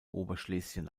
oberschlesien